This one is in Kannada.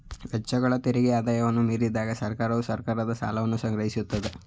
ವೆಚ್ಚಗಳು ತೆರಿಗೆ ಆದಾಯವನ್ನ ಮೀರಿದಾಗ ಸರ್ಕಾರವು ಸರ್ಕಾರದ ಸಾಲವನ್ನ ಸಂಗ್ರಹಿಸುತ್ತೆ